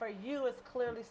for you is clearly